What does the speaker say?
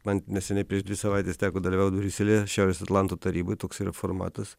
man neseniai prieš dvi savaites teko dalyvaut briuselyje šiaurės atlanto taryboj toks yra formatas